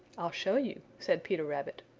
i'll show you, said peter rabbit,